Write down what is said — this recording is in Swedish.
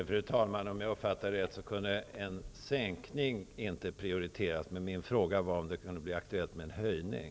Fru talman! Om jag uppfattade det hela rätt kan en sänkning inte prioriteras, men min fråga var om det kan bli aktuellt med en höjning.